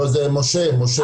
לא, זה משה שגיא.